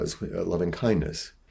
loving-kindness